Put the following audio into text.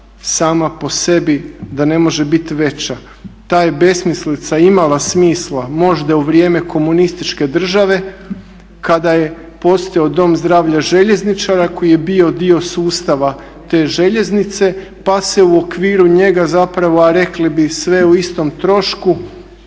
sama po sebi da ne može biti veća. Ta je besmislica imala smisla možda u vrijeme komunističke države kada je postojao Dom zdravlja Željezničar, a koji je bio dio sustava te željeznice pa se u okviru njega zapravo, a rekli bi sve o istom trošku